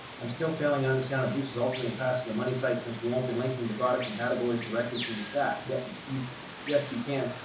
i'm still failing understand that juice is ultimately passed to the money site since won't be linking the products and categories directly from the stack yet and you yes, you can.